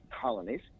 colonies